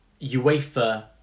UEFA